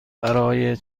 برای